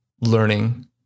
learning